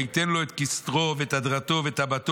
וייתן לו את כתרו ואת אדרתו ואת טבעתו